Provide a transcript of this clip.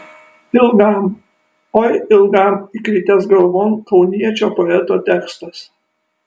ilgam oi ilgam įkritęs galvon kauniečio poeto tekstas